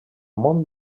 món